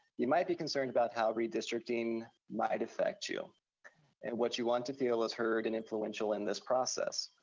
you might be concerned about how redistricting might affect you, and what you want to feel is heard and influential in this process,